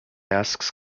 asks